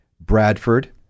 Bradford